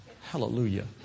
Hallelujah